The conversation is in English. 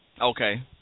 Okay